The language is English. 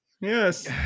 Yes